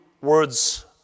words